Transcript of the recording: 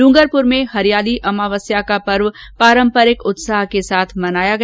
ड्रंगरपुर में हरियाली अमावस्या का त्योहार पारम्परिक उत्साह के साथ मनाया गया